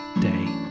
day